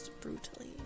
brutally